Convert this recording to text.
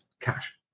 cash